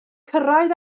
cyrraedd